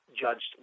judged